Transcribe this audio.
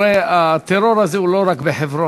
הרי הטרור הזה הוא לא רק בחברון,